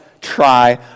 try